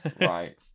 Right